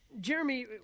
Jeremy